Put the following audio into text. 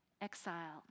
Exile